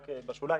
רק בשוליים,